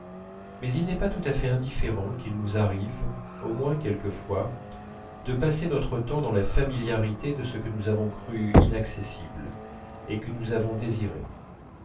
mais il n'est pas tout à fait indifférent qu'il nous arrive au moins quelquefois de passer notre temps dans la familiarité de ce que nous avons cru inaccessible et que nous avons désiré